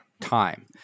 time